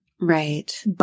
Right